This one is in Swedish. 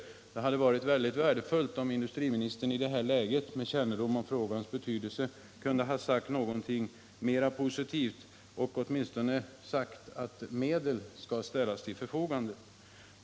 Det hade varit väldigt värdefullt om industriministern med sin kännedom om frågans betydelse i det här läget hade kunnat säga något mera positivt och att han åtminstone hade kunnat utlova att medel skall ställas till förfogande.